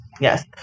Yes